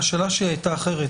השאלה שלי הייתה אחרת.